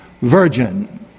virgin